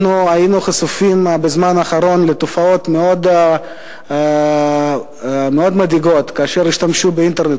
אנחנו היינו חשופים בזמן האחרון לתופעות מאוד מדאיגות שהשתמשו באינטרנט,